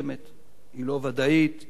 היא לא ודאית, היא לא הכרחית.